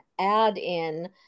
add-in